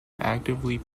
actively